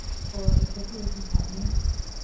for executive departments